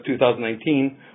2019